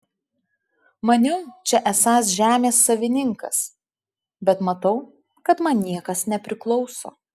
maniau čia esąs žemės savininkas bet matau kad man niekas nepriklauso